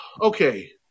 okay